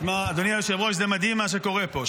שמע, אדוני היושב-ראש, זה מדהים מה שקורה פה.